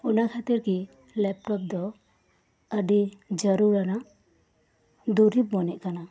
ᱚᱱᱟ ᱠᱷᱟᱹᱛᱤᱨ ᱜᱮ ᱞᱮᱯᱴᱚᱯ ᱫᱚ ᱟᱹᱰᱤ ᱡᱟᱹᱨᱩᱲ ᱟᱢᱟᱜ ᱫᱩᱨᱤᱵᱽ ᱢᱚᱱᱮᱜ ᱠᱟᱱᱟ